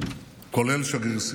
כולל שגריר סין,